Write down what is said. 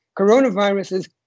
coronaviruses